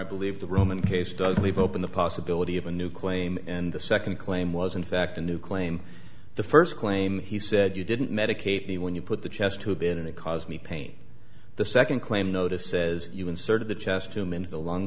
i believe the roman case does leave open the possibility of a new claim and the second claim was in fact a new claim the first claim he said you didn't medicate me when you put the chest tube in and it caused me pain the second claim notice says you inserted the chest him into the lung